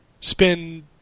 spend